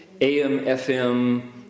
AM-FM